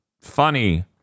funny